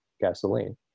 gasoline